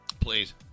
Please